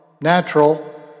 natural